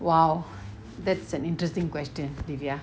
!wow! that's an interesting question dyvia